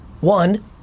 One